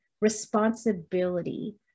responsibility